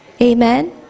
Amen